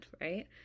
right